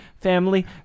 family